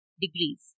degrees